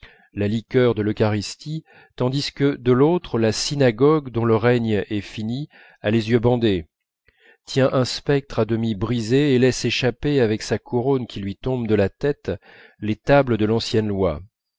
la liqueur de l'eucharistie tandis que de l'autre la synagogue dont le règne est fini a les yeux bandés tient un sceptre à demi brisé et laisse échapper avec sa couronne qui lui tombe de la tête les tables de l'ancienne loi